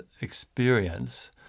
experience